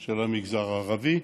של המגזר הערבי,